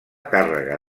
càrrega